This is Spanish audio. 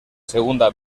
segunda